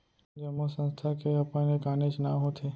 जम्मो संस्था के अपन एक आनेच्च नांव होथे